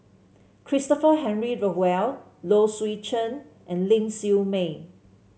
Christopher Henry Rothwell Low Swee Chen and Ling Siew May